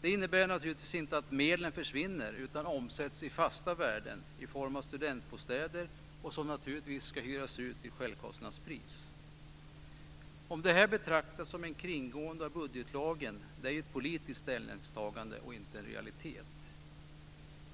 Det innebär inte att medlem försvinner, utan de omsätts i fasta värden i form av studentbostäder. Dessa ska naturligtvis hyras ut till självkostnadspris.